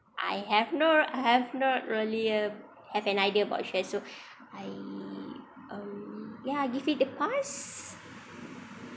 I have no I have not really uh have an idea about shares so I um ya give it a pass